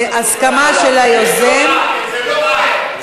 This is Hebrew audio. בהסכמה של היוזם, זה לא פייר,